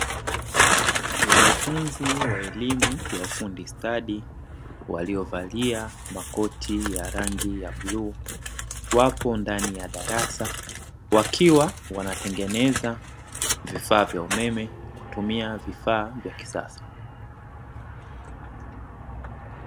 Wanafunzi wa elimu ya ufundi stadi waliovalia makoti ya rangi ya bluu wapo ndani ya darasa, wakiwa wanatengeneza vifaa vya umeme kupitia vifaa vya kisasa.